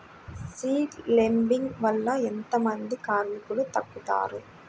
Seed లేంబింగ్ వల్ల ఎంత మంది కార్మికులు తగ్గుతారు?